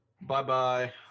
Bye-bye